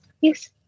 Yes